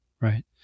right